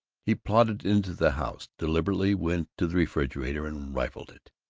he plodded into the house, deliberately went to the refrigerator and rifled it.